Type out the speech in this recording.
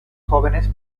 jóvenes